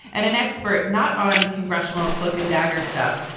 and an expert not on congressional cloak and dagger stuff,